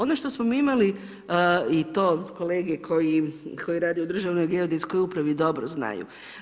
Ono što smo mi imali i to kolege koji rade u Državnoj geodetskoj upravi dobro znaju.